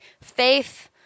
faith